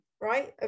Right